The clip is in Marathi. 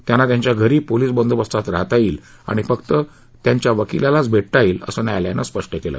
त्यांना त्यांच्या घरी पोलिस बंदोबस्तात राहता येईल आणि फक्त त्यांच्या वकिलालाच भेटता येईल असं न्यायालयानं स्पष्ट केल